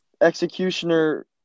Executioner